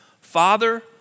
Father